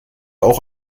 auch